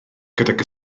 gydag